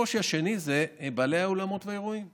הקושי השני הוא של בעלי האולמות וגני האירועים.